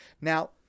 Now